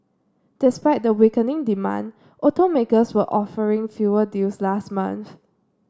despite the weakening demand automakers were offering fewer deals last month